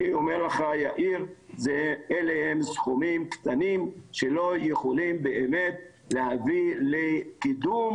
אני אומר לך יאיר אלה הם סכומים קטנים שלא יכולים באמת להביא לקידום